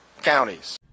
counties